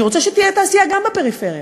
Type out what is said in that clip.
אני רוצה שתהיה תעשייה גם בפריפריה.